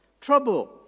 Trouble